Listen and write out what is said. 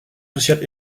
social